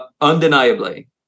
Undeniably